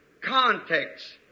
context